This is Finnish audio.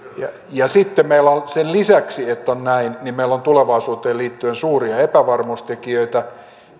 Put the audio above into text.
sitten meillä on sen lisäksi että on näin tulevaisuuteen liittyen suuria epävarmuustekijöitä